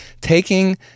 taking